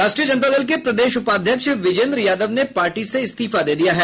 राष्ट्रीय जनता दल के प्रदेश उपाध्यक्ष बिजेन्द्र यादव ने पार्टी से इस्तीफा दे दिया है